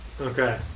Okay